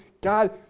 God